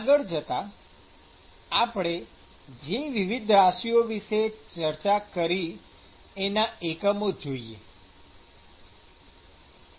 આગળ જતાં આપણે જે વિવિધ રાશિઓ વિષે ચર્ચા કરી એના એકમો જોઈએ